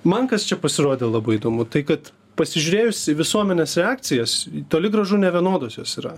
man kas čia pasirodė labai įdomu tai kad pasižiūrėjus į visuomenės reakcijas toli gražu nevienodos jos yra